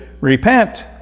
repent